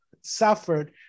suffered